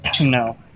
No